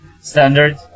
standard